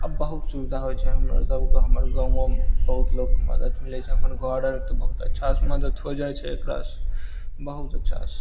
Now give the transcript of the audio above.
अब बहुत सुविधा होइ छै हमरो सबके हमर गाँवो बहुत लोक मदति मिलय छै हमर घर आओर तऽ बहुत अच्छासँ मदति हो जाइ छै एकरासँ बहुत अच्छासँ